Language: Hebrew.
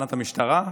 לתחנת המשטרה,